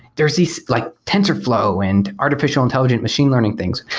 there's these like tensorflow and artificial intelligent machine learning things.